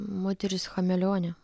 moteris chameleonė